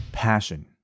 passion